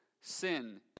Sin